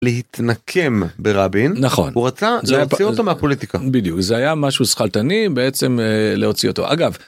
להתנקם ברבין נכון הוא רצה להוציא אותו מהפוליטיקה בדיוק זה היה משהו שכלתני בעצם להוציא אותו אגב.